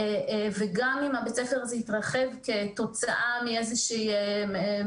וגם אם בית הספר הזה יתרחב כתוצאה מאיזו העדפה